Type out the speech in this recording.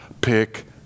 pick